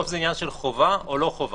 בסוף זה עניין של חובה או לא חובה.